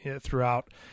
throughout